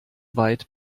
weit